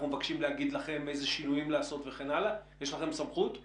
יש לכם סמכות לכך?